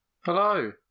Hello